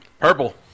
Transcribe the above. Purple